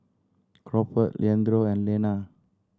Crawford Leandro and Lenna